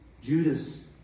Judas